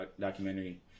documentary